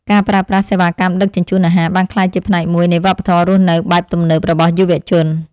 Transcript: ការប្រើប្រាស់សេវាកម្មដឹកជញ្ជូនអាហារបានក្លាយជាផ្នែកមួយនៃវប្បធម៌រស់នៅបែបទំនើបរបស់យុវជន។